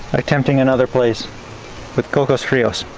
attempting another place with cocos frios.